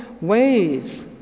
ways